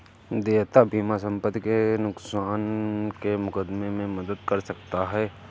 देयता बीमा संपत्ति के नुकसान के मुकदमे में मदद कर सकता है